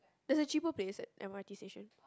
there's a cheaper place at M_R_T station